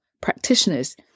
practitioners